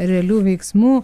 realių veiksmų